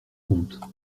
compte